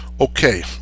okay